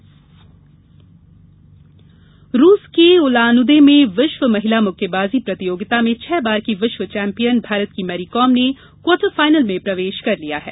मुक्केबाजी रूस के उलानउदे में विश्व महिला मुक्केबाजी प्रतियोगिता में छह बार की विश्व चैम्पियन भारत की मैरी कॉम ने क्वार्टर फाइनल में प्रवेश कर लिया है